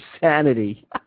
sanity